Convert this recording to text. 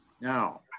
Now